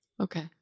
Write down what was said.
Okay